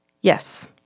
Yes